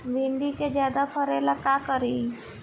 भिंडी के ज्यादा फरेला का करी?